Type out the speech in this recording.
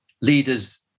leaders